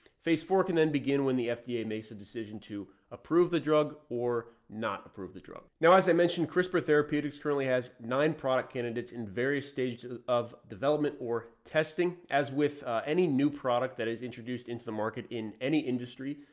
phase four can then begin when the fda makes a decision to approve the drug or not approve the drug. now, as i mentioned, crispr therapeutics currently has nine product candidates in various stages of development or testing as with any new product that is introduced into the market in any industry.